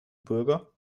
bürger